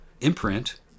imprint